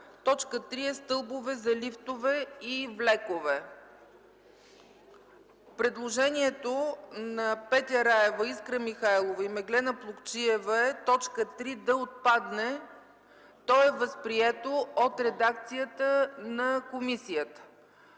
на: 3. стълбове за лифтове и влекове.” Предложението на Петя Раева, Искра Михайлова и Меглена Плугчиева е т. 3 да отпадне. То е възприето от редакцията на комисията.